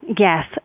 Yes